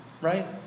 right